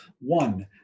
One